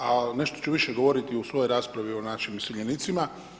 A nešto ću više govoriti o svojoj raspravi o našim iseljenicima.